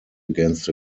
against